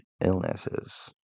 illnesses